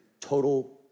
total